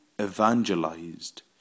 evangelized